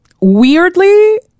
weirdly